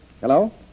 Hello